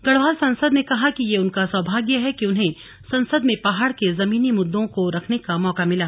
गढ़वाल सांसद ने कहा कि ये उनका सौभाग्य है कि उन्हें संसद में पहाड़ के जमीनी मुददों को रखने का मौका मिला